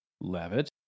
Levitt